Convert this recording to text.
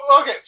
okay